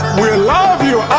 we love you,